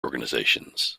organizations